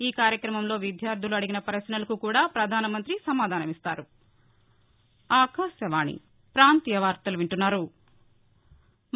ఈ కార్యక్రమంలో విద్యార్దలు అడిగిన పశ్నలకు కూడా పధానమంతి సమాధానమిస్తారు